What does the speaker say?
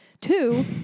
Two